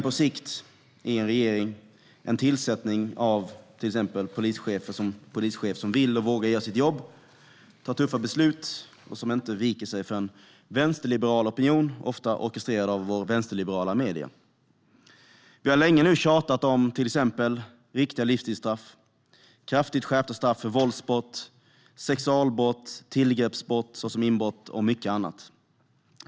På sikt, i regering, vill vi ha en tillsättning av en polischef som vill och vågar göra sitt jobb, tar tuffa beslut och inte viker sig för en vänsterliberal opinion, ofta orkestrerad av våra vänsterliberala medier. Vi har länge tjatat om riktiga livstidsstraff, kraftigt skärpta straff för våldsbrott, sexualbrott, tillgreppsbrott, såsom inbrott, och mycket annat.